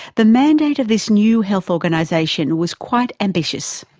the mandate of this new health organisation was quite ambitious.